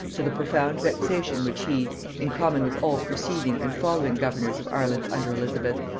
to the profound vexation which he, in common with all preceding and following governors of ireland under elizabeth,